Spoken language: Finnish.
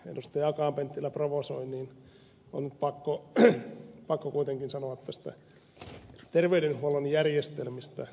akaan penttilä provosoi niin on pakko kuitenkin sanoa tästä terveydenhuollon järjestelmästä jotakin